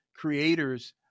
creators